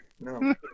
No